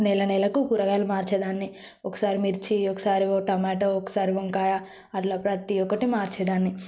నెలనెలకు కూరగాయలు మార్చే దాన్ని ఒకసారి మిర్చి ఒకసారి ఓ టమాట ఒకసారి వంకాయ అట్లా ప్రతి ఒక్కటి మార్చే దాన్ని